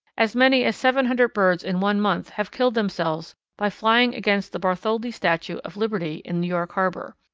as many as seven hundred birds in one month have killed themselves by flying against the bartholdi statue of liberty in new york harbour.